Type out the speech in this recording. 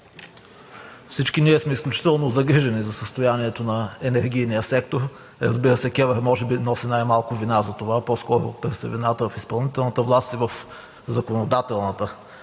Всички ние сме изключително загрижени за състоянието на енергийния сектор. Разбира се, КЕВР може би носи най-малко вина за това, по-скоро търся вината в изпълнителната и в законодателната